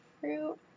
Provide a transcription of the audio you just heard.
fruit